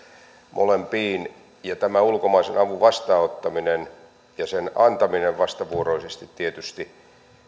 molempiin ja tämä ulkomaisen avun vastaanottaminen ja sen antaminen vastavuoroisesti tietysti